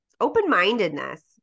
Open-mindedness